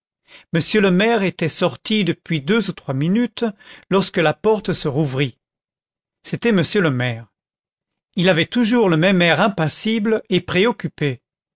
monsieur le maire était sorti depuis deux ou trois minutes lorsque la porte se rouvrit c'était m le maire il avait toujours le même air impassible et préoccupé